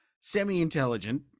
semi-intelligent